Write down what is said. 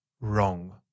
wrong